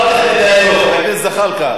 אחר כך תתדיינו, חבר הכנסת זחאלקה.